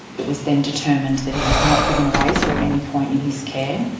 it was then determined that he was not given a razor at any point in his care.